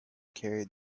carried